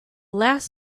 last